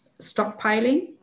stockpiling